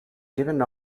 given